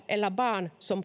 eller barn som